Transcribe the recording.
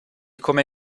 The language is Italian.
come